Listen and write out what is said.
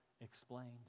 explained